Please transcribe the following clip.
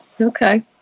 okay